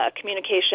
communication